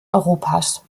europas